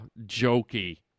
jokey